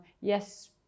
Yes